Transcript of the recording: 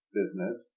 business